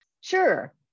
Sure